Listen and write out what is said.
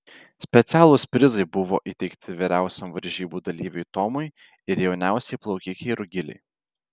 specialūs prizai buvo įteikti vyriausiam varžybų dalyviui tomui ir jauniausiai plaukikei rugilei